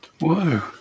Whoa